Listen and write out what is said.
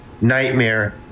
Nightmare